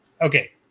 Okay